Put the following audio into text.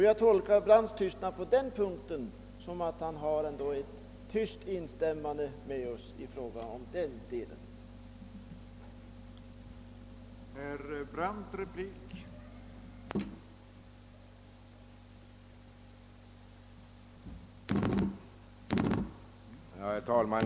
Jag tolkar herr Brandts tystnad på den punkten som att han ändå tyst instämmer med oss i fråga om den delen av förslaget.